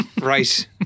right